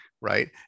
right